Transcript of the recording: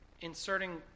Inserting